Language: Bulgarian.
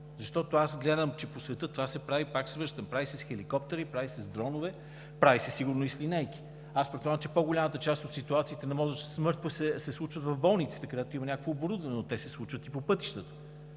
трябва? Аз гледам, че по света това се прави – пак се връщам, прави се с хеликоптери, прави се с дронове, прави се сигурно и с линейки. Предполагам, че по-голямата част – ситуацията на мозъчна смърт, се случва в болниците, където има някакво оборудване, но те се случват и по пътищата.